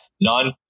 None